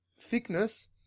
thickness